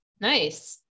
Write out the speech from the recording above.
Nice